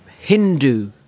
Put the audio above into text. Hindu